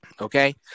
Okay